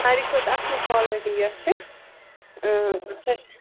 ساروی کھۄتہٕ اَصٕل کالِٹی یۄس چھِ سۄ